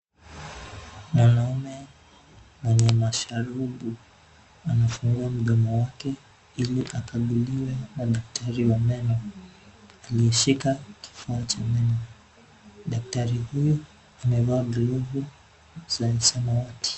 Mwanaume mwenye masharubu , amefungua mdomo wake ili akaguliwe na daktari wa meno. Aliyeshika kifaa cha meno, daktari huyu amevaa glavu za samawati.